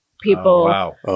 People